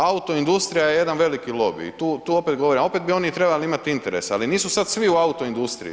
Autoindustrija je jedan veliki i tu opet govorim, a opet bi oni trebali imat interesa ali nisu sad svi u autoindustriji.